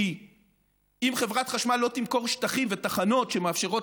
כי אם חברת חשמל לא תמכור שטחים ותחנות שמאפשרות